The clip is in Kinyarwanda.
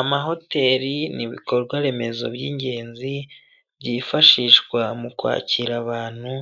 Amahoteli ni ibikorwaremezo by'ingenzi, byifashishwa mu kwakira abantu,